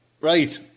right